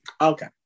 Okay